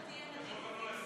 אתה תהיה נדיב איתי?